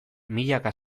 milaka